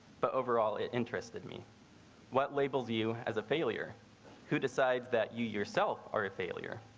but overall, it interested me what labels you as a failure who decide that you yourself are a failure.